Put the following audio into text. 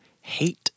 hate